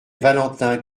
valentin